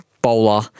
Bowler